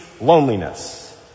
loneliness